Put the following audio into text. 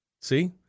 see